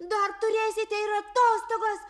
dar turėsite ir atostogas